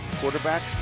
Quarterback